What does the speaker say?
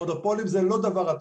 ומונופולים זה לא דבר רצוי,